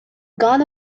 gone